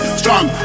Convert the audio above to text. strong